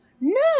No